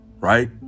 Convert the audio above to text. right